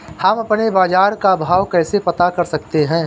हम अपने बाजार का भाव कैसे पता कर सकते है?